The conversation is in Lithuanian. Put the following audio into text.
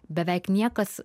beveik niekas